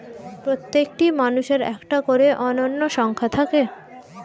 প্রত্যেকটি মানুষের একটা করে অনন্য সংখ্যা থাকে